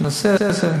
שנעשה את זה.